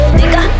nigga